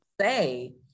say